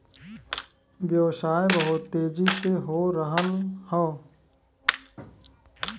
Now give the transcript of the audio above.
व्यवसाय बहुत तेजी से हो रहल हौ